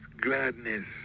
gladness